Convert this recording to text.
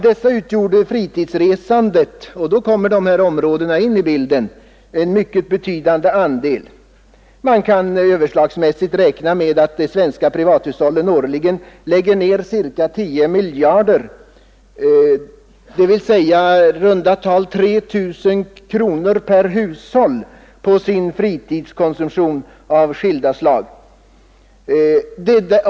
Därav utgör fritidsresandet en mycket betydande andel. Man kan överslagsmässigt räkna med att de svenska privathushållen årligen lägger ner ca 10 miljarder, alltså i runda tal 3 000 kronor per hushåll, på fritidskonsumtion av skilda slag.